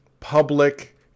public